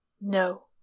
No